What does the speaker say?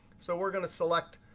so we're going to select.